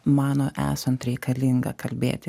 mano esant reikalinga kalbėti